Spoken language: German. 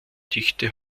dichte